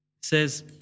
says